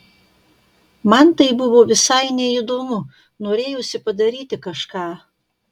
man tai buvo visai neįdomu norėjosi padaryti kažką